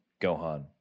Gohan